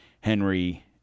Henry